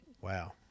Wow